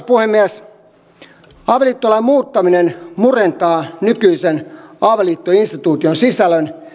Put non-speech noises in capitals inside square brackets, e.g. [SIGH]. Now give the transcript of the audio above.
[UNINTELLIGIBLE] puhemies avioliittolain muuttaminen murentaa nykyisen avioliittoinstituution sisällön